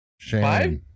Five